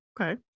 Okay